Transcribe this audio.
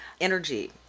energy